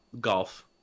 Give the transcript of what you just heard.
golf